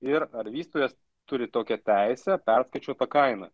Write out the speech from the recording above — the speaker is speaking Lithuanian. ir ar vystytojas turi tokią teisę perskaičiuot tą kainą